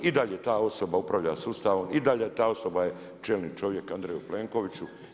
I dalje ta osoba upravlja sustavom, i dalje ta osoba je čelni čovjek Andreju Plenkoviću.